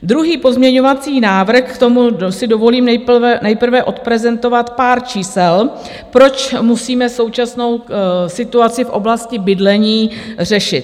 Druhý pozměňovací návrh, k tomu si dovolím nejprve odprezentovat pár čísel, proč musíme současnou situaci v oblasti bydlení řešit.